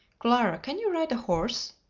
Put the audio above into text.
clara, can you ride a horse?